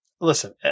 Listen